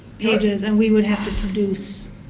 pages, and we would have to produce.